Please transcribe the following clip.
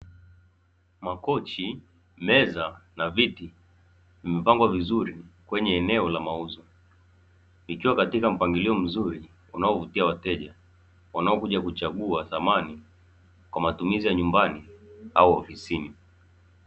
Makochi, meza na viti vimepangwa vizuri kwenye eneo la mauzo, ikiwa katika mpangilio mzuri unaovutia wateja wanaokuja kuchagua samani kwa matumizi ya nyumbani au ofisini.